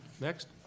Next